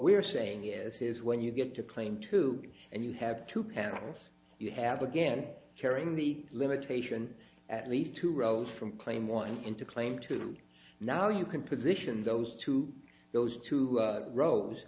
we're saying is is when you get to claim two and you have two panels you have again carrying the limitation at least two rows from claim one into claim to now you can position those two those two